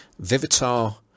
Vivitar